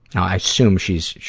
i assume she's,